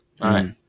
right